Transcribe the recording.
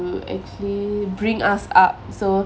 to actually bring us up so